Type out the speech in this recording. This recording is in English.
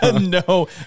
No